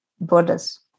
borders